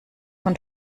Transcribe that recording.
von